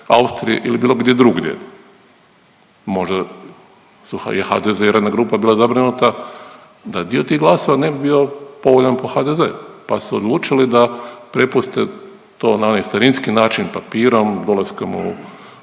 Austrije ili bilo gdje drugdje. Možda su, je HDZ i radna grupa bila zabrinuta da dio tih glasova ne bi bio povoljan po HDZ pa su odlučili da prepuste to na onaj starinski način papirom, dolaskom u